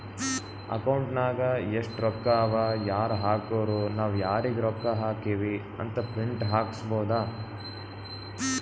account ನಾಗ್ ಎಸ್ಟ್ ರೊಕ್ಕಾ ಅವಾ ಯಾರ್ ಹಾಕುರು ನಾವ್ ಯಾರಿಗ ರೊಕ್ಕಾ ಹಾಕಿವಿ ಅಂತ್ ಪ್ರಿಂಟ್ ಹಾಕುಸ್ಕೊಬೋದ